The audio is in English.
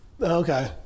Okay